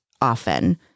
often